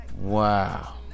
Wow